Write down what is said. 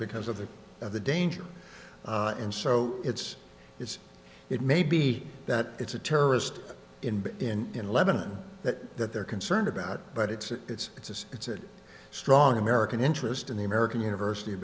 because of the of the danger and so it's it's it may be that it's a terrorist in in lebanon that that they're concerned about but it's it's it's it's it's a strong american interest in the american university